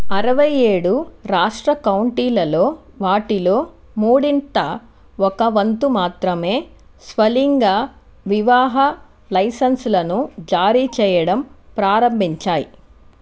అరవై ఏడు రాష్ట్ర కౌంటీలలో వాటిలో మూడింట ఒక వంతు మాత్రమే స్వలింగ వివాహ లైసెన్స్లను జారీ చేయడం ప్రారంభించాయి